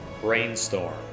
Brainstorm